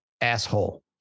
Asshole